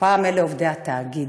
ופעם אלה עובדי התאגיד.